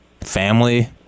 family